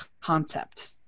concept